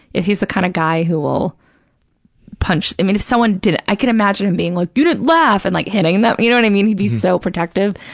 if he's the kind of guy who will punch, i mean, if someone didn't, i could imagine him being like, you didn't laugh, and like hitting them, you know what i mean? he'd be so protective.